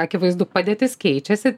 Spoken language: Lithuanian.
akivaizdu padėtis keičiasi